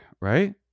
right